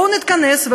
בואו נתכנס,